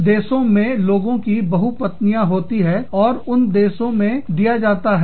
कुछ देशों में लोगों की बहु पत्नियाँ होती हैं और उन देशों में दिया जाता है